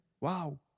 Wow